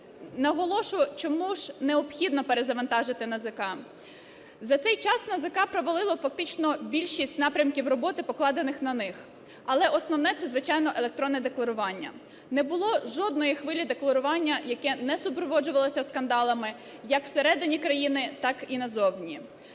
наголошую, чому ж необхідно перезавантажити НАЗК. За цей час НАЗК провалило фактично більшість напрямків роботи, покладених на них. Але основне – це, звичайно, електронне декларування. Не було жодної хвилі декларування, яке не супроводжувалося скандалами як всередині країни, так і назовні.